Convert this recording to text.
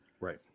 Right